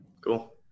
cool